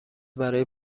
برای